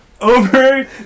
over